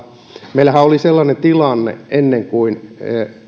meillähän oli sellainen tilanne ennen kuin